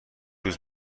روز